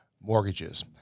mortgages